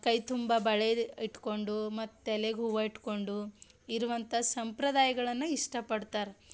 ಕೈ ತುಂಬ ಬಳೆ ಇಟ್ಟುಕೊಂಡು ಮತ್ತು ತಲೆಗೆ ಹೂವು ಇಟ್ಟುಕೊಂಡು ಇರುವಂಥ ಸಂಪ್ರದಾಯಗಳನ್ನು ಇಷ್ಟಪಡ್ತಾರೆ